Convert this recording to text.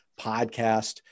podcast